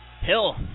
Hill